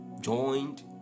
joined